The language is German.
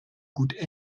gut